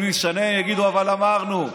אם נשנה, הם יגידו: אבל אמרנו.